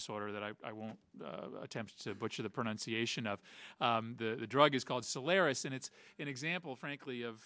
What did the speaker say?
disorder that i won't attempt to butcher the pronunciation of the drug is called solaris and it's an example frankly of